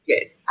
Yes